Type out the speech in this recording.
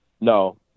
No